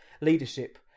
leadership